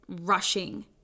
rushing